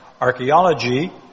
archaeology